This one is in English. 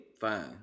fine